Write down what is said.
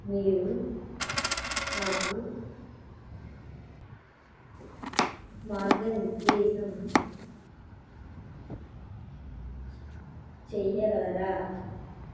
మీరు నాకు మార్గనిర్దేశం చేయగలరా